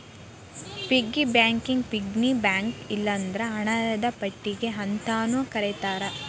piggy ಬ್ಯಾಂಕಿಗಿ ಪಿನ್ನಿ bank ಇಲ್ಲಂದ್ರ ಹಣದ ಪೆಟ್ಟಿಗಿ ಅಂತಾನೂ ಕರೇತಾರ